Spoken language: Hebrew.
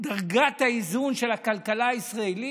דרגת האיזון של הכלכלה הישראלית,